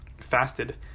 fasted